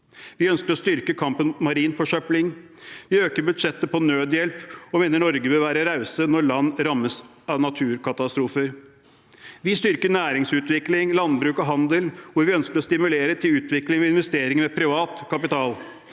Vi ønsker å styrke kampen mot marin forsøpling. Vi øker budsjettet for nødhjelp og mener Norge bør være rause når land rammes av naturkatastrofer. Vi styrker næringsutvikling, landbruk og handel, hvor vi ønsker å stimulere til utvikling og investering med privat kapital.